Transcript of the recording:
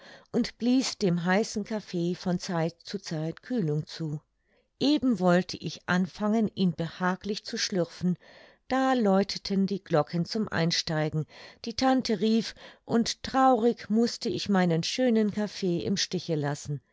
und blies dem heißen kaffee von zeit zu zeit kühlung zu eben wollte ich anfangen ihn behaglich zu schlürfen da läuteten die glocken zum einsteigen die tante rief und traurig mußte ich meinen schönen kaffee im stiche lassen